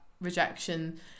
rejection